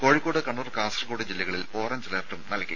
കോഴിക്കോട് കണ്ണൂർ കാസർകോട് ജില്ലകളിൽ ഓറഞ്ച് അലർട്ടും നൽകി